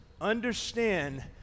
Understand